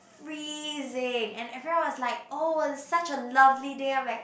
freezing and everyone was like oh such a lovely day I'm like